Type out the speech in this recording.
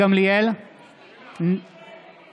נגד מאזן